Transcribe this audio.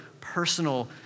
personal